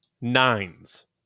nines